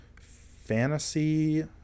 fantasy